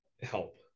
help